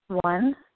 One